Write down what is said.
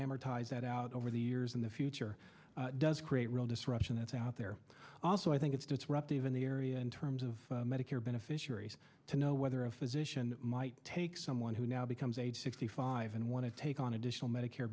amortize that out over the years in the future does create real disruption that's out there also i think it's disruptive in the area in terms of medicare beneficiaries to know whether a physician might take someone who now becomes age sixty five and want to take on additional medicare